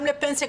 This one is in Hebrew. גם לפנסיה,